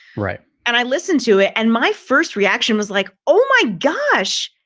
right. and i listened to it. and my first reaction was like, oh, my gosh,